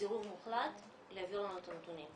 סירוב מוחלט להעביר לנו את הנתונים.